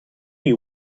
you